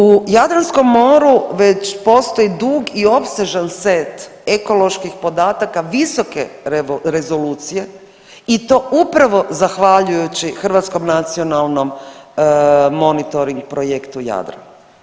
U Jadranskom moru već postoji dug i opsežan set ekoloških podataka visoke rezolucije i to upravo zahvaljujući hrvatskom nacionalnom monitoring projektu Jadran.